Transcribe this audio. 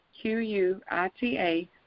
Q-U-I-T-A